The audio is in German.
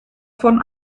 von